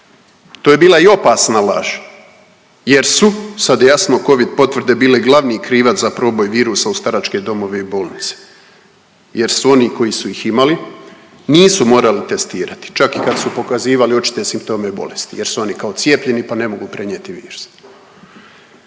To je bila i opasna laž jer su sad je jasno covid potvrde bile glavni krivac za proboj virusa u staračke domove i u bolnice jer su oni koji su ih imali nisu morali testirati čak i kad su pokazivali očite simptome bolesti jer su oni kao cijepljeni pa ne mogu prenijeti virus.